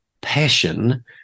passion